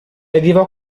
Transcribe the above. arrivò